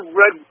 red